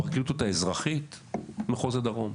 הפרקליטות האזרחית מחוז הדרום,